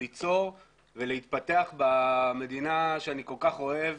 ליצור ולהתפתח במדינה שאני כל כך אוהב.